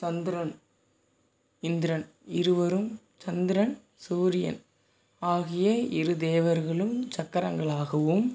சந்திரன் இந்திரன் இருவரும் சந்திரன் சூரியன் ஆகிய இரு தேவர்களும் சக்கரங்களாகவும்